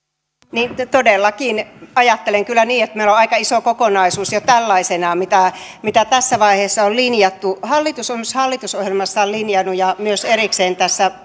niin todellakin ajattelen kyllä niin että meillä on aika iso kokonaisuus jo tällaisenaan mitä mitä tässä vaiheessa on linjattu hallitus on hallitusohjelmassaan linjannut ja myös erikseen